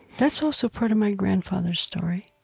that's also part of my grandfather's story,